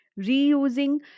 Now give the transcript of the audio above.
Reusing